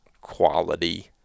quality